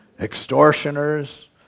extortioners